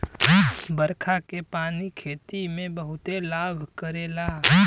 बरखा के पानी खेती में बहुते लाभ करेला